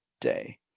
day